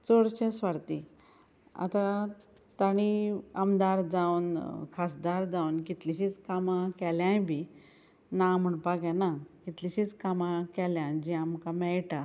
चडशे स्वार्थी आतां तांणी आमदार जावन खासदार जावन कितलींशींच कामां केल्याय बी ना म्हणपाक येना कितलींशींच कामां केल्यान जीं आमकां मेयटा